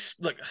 look